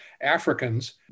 Africans